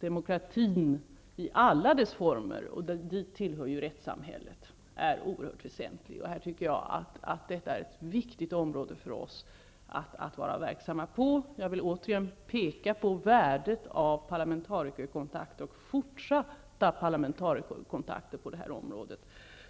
demokratin i alla dess former, dit tillhör ju rättssamhället, är oerhört väsentlig. Det är ett viktigt område för oss i Sverige att vara verksamma i. Jag vill återigen peka på värdet av fortsatta parlamentarikerkontakter på det här området.